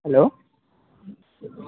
hello